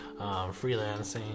freelancing